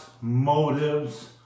motives